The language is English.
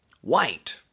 white